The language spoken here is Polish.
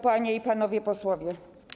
Panie i Panowie Posłowie!